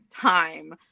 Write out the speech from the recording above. time